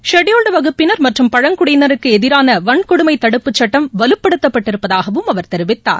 scheduled வகுப்பினர் மற்றும் பழங்குனடியினருக்கு எதிரான வன்கொடுமை தடுப்புச் சுட்டம் வலுப்படுத்தப்பட்டிருப்பதாகவும் அவர் தெரிவித்தார்